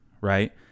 right